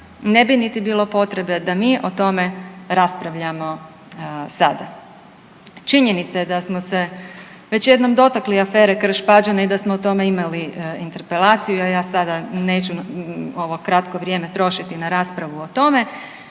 ne bi niti bilo potrebe da mi o tome raspravljamo sada. Činjenica je da smo se već jednom dotakli afere Krš-Pađene i da smo o tome imali interpelaciju, a ja sada neću ovo kratko vrijeme trošiti na raspravu o tome.